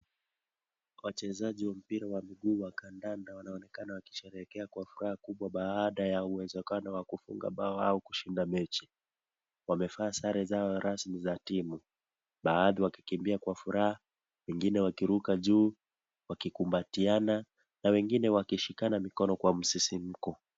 Wachezaji wa mpira wa mguu wa kadanda wanaonekana wakisherehekea kwa furaha kubwa baada ya uwezekano wa kufunga bao au kushinda mechi. Wamevaa sare zao rasmi za timu, baadhi wakikimbia kwa furaha, wengine wakiruka juu, wakikumbatiana, na wengine wakishikana mikono kwa msisimuko.